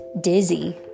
Dizzy